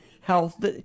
health